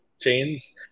chains